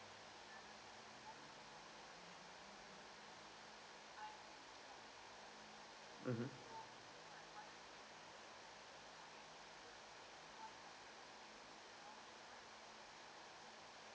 mm mm